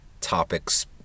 topics